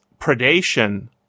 predation